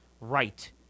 right